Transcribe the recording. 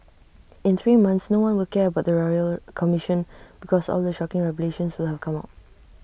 in three months no one will care about the royal commission because all the shocking revelations will have come out